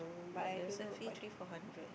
but there's a fee three four hundred